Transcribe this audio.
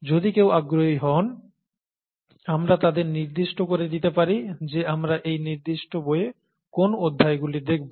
যদি কেউ আগ্রহী হন আমরা তাদের নির্দিষ্ট করে দিতে পারি যে আমরা এই নির্দিষ্ট বইয়ে কোন অধ্যায়গুলি দেখব